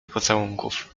pocałunków